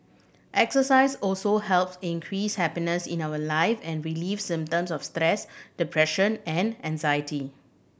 exercise also helps increase happiness in our life and relieve symptoms of stress depression and anxiety